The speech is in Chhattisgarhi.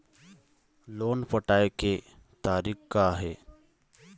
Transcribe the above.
लोन पटाए के तारीख़ का हे?